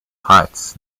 heights